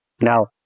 Now